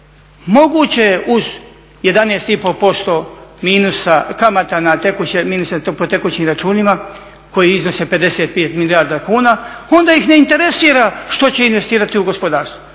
tekućim, ministre to po tekućim računima koji iznose 55 milijarda kuna, onda ih ne interesira što će investirati u gospodarstvo